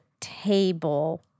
table